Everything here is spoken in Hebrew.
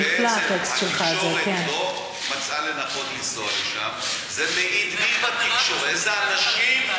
לא תקשורת, זה אנשים.